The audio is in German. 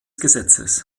gesetzes